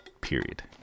period